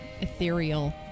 ethereal